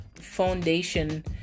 foundation